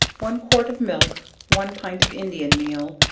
one quart of milk, one pint of indian meal,